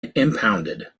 impounded